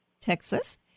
Texas